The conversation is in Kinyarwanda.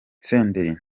senderi